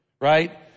Right